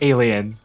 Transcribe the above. Alien